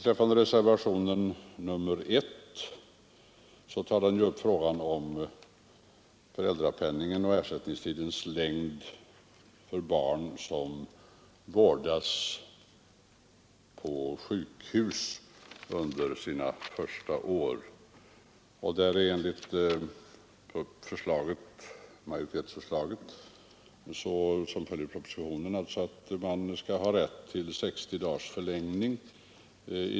Reservationen 1 tar upp föräldrapenningen och ersättningstidens längd för barn som vårdas på sjukhus under sin första tid efter födseln. Enligt majoritetsförslaget, som följer propositionen, skall man ha rätt till 60 dagars förlängning.